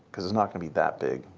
because it's not going to be that big.